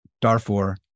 Darfur